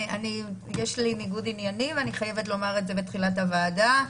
יש לי ניגוד עניינים ואני חייבת לומר את זה בתחילת הוועדה.